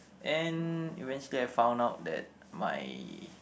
and eventually I found out that my